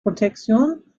protection